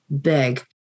big